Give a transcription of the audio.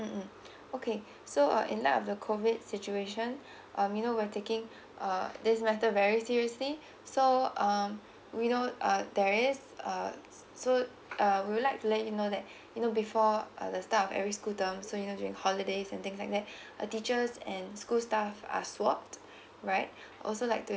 mm okay so uh in light of the C O VI D situation um you know we're taking uh this matter very seriously so um we know uh there's um so uh I would like to let you know that you know before uh the staff every school terms um so you know during holidays and things like that uh teachers and school stuff are swapped right also like they